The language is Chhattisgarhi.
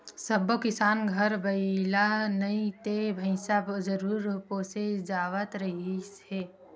सब्बो किसान घर बइला नइ ते भइसा जरूर पोसे जावत रिहिस हे